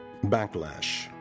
Backlash